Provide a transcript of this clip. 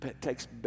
takes